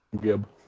Gib